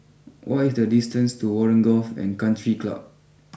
what is the distance to Warren Golf and country Club